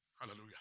Hallelujah